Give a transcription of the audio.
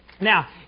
Now